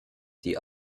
sie